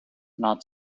north